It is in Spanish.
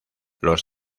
los